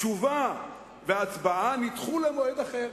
תשובה והצבעה נדחו למועד אחר.